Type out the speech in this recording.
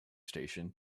station